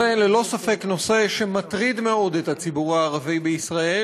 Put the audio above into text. זה ללא ספק נושא שמטריד מאוד את הציבור הערבי בישראל,